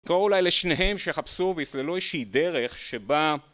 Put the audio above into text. נקרא אולי לשניהם שחפשו ויסללו איזה דרך שבה...